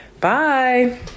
Bye